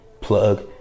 plug